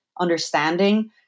understanding